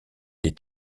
des